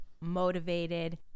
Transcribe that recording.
motivated